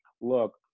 look